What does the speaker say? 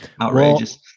outrageous